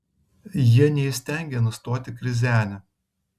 jie neįstengia nustoti krizenę